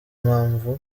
mpamvu